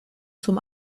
zum